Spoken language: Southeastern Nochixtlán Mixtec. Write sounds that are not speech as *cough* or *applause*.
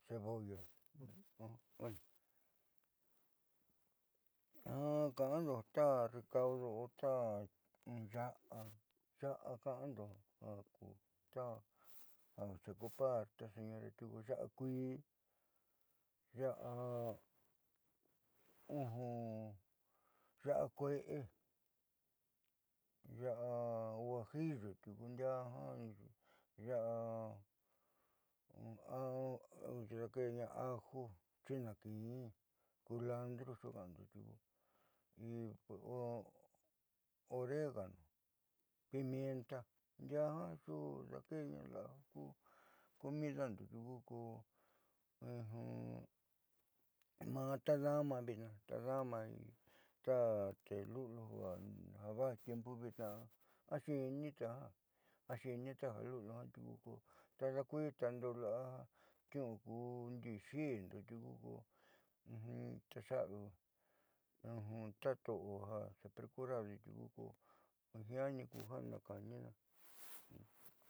*unintelligible* ja ka'ando ta recaudo o ta ya'a ka'ando ja ku taja xeocupar ta señora ya'a kuii, ya'a kueé ya'a huajillo tiuku ndiaa ja ya'a daakeeña ajo, chinakin, kulantro xuuka'ando tiuku oregano, pimienta ndiaa jiaa xuudaakeeña la'a comidando tiuku ku maa tadama vitnaa taadama ta te luliu ja va'a tiempu vitnaa axiinite jiaa tiuku ta daakuiitando la'a niuu nolii ku xiindo teexaavi ta to'o xepreocuparde tiuku jiaani ku ja naakaánina.